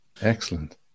Excellent